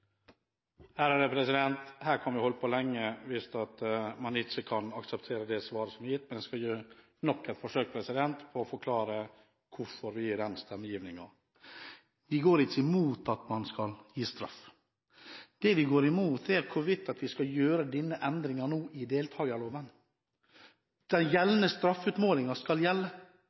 egen merknad. Her kan vi holde på lenge hvis man ikke kan akseptere det svaret som er gitt. Jeg skal gjøre nok et forsøk på å forklare hvorfor vi gir den stemmegivningen. Vi går ikke imot at man skal gi straff. Det vi går imot, er hvorvidt vi skal gjøre denne endringen i deltakerloven nå. Den gjeldende straffeutmålingen skal gjelde.